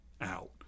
out